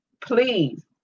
Please